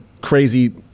crazy